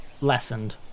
lessened